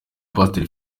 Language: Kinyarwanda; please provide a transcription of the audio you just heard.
pasiteri